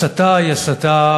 הסתה היא הסתה,